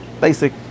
Basic